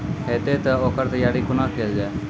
हेतै तअ ओकर तैयारी कुना केल जाय?